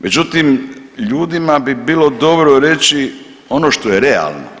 Međutim, ljudima bi bilo dobro reći ono što je realno.